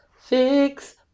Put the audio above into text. Fix